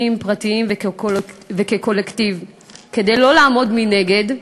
פרטיים וכקולקטיב כדי שלא לעמוד מנגד,